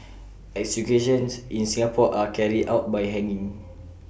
executions in Singapore are carried out by hanging